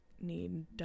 need